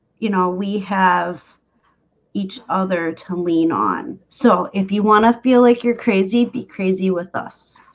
you know we have each other to lean on so if you want to feel like you're crazy be crazy with us